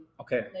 Okay